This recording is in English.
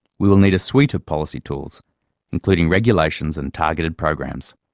we will need a suite of policy tools including regulations and targeted programs.